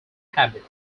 habit